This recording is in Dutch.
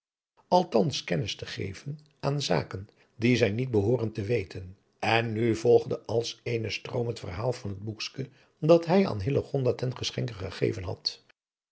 althans kennis te geven aan zaken die zij niet behoorden te weten en nu volgde als in eenen stroom het verhaal van het boekske dat hij aan hillegonda ten geschenke gegeven had